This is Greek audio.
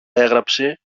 έραψε